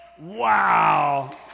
wow